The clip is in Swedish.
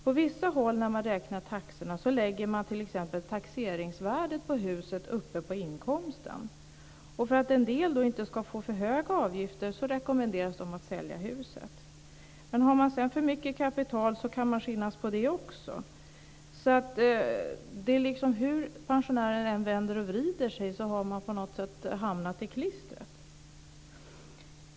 På vissa håll när man beräknar avgifterna lägger man t.ex. taxeringsvärdet på huset uppe på inkomsten. För att en del inte ska få för höga avgifter rekommenderas de att sälja huset. Men har man sedan för mycket kapital kan man skinnas på det också. Hur pensionären än vänder och vrider sig har man på något sätt hamnat i klistret.